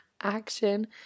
action